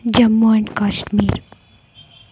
Jammu and Kashmir